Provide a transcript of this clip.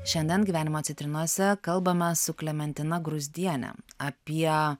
šiandien gyvenimo citrinose kalbame su klementina gruzdiene apie